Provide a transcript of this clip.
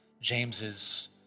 James's